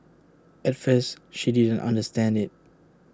at first she didn't understand IT